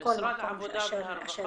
בכל מקום שהוא.